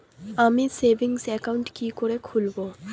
আমি savings account কি করে খুলব?